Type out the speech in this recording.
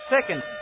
second